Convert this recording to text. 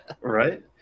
Right